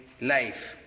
life